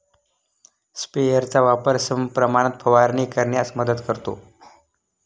स्प्रेयरचा वापर समप्रमाणात फवारणी करण्यास मदत करतो